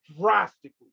drastically